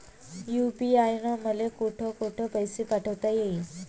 UPI न मले कोठ कोठ पैसे पाठवता येईन?